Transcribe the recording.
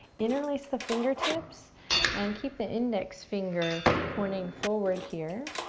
interlace the fingertips and keep the index finger pointing forward here,